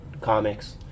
comics